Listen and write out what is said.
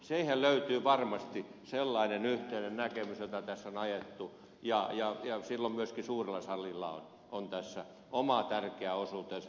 siihen löytyy varmasti sellainen yhteinen näkemys jota tässä on ajettu ja silloin myöskin suurella salilla on tässä oma tärkeä osuutensa